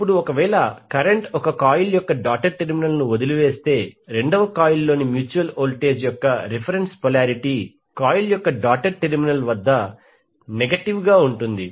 ఇప్పుడు ఒకవేళ కరెంట్ ఒక కాయిల్ యొక్క డాటెడ్ టెర్మినల్ను వదిలివేస్తే రెండవ కాయిల్లోని మ్యూచువల్ వోల్టేజ్ యొక్క రిఫరెన్స్ పొలారిటీ కాయిల్ యొక్క డాటెడ్ టెర్మినల్ వద్ద నెగటివ్ గా ఉంటుంది